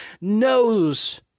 knows